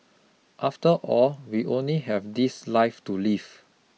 after all we only have this life to live